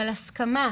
של הסכמה,